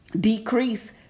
decrease